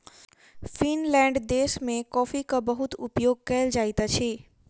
Finland देश में कॉफ़ीक बहुत उपयोग कयल जाइत अछि